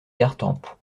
gartempe